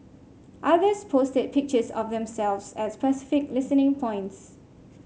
others posted pictures of themselves at specific listening points